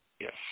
Yes